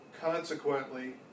Consequently